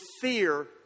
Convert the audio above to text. fear